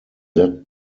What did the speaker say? that